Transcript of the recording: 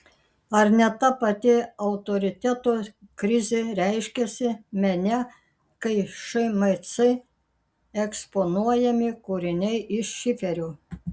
ar ne ta pati autoriteto krizė reiškiasi mene kai šmc eksponuojami kūriniai iš šiferio